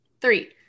three